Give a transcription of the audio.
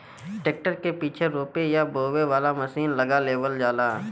tractor के पीछे रोपे या बोवे वाला मशीन लगा देवल जाला